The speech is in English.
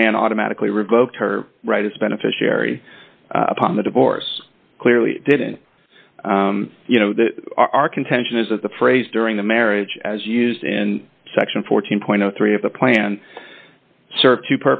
plan automatically revoked her right as beneficiary upon the divorce clearly didn't you know the our contention is that the phrase during the marriage as used in section fourteen point zero three of the plan serves two